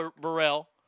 Burrell